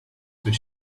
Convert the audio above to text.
where